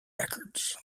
records